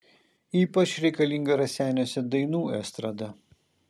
ypač reikalinga raseiniuose dainų estrada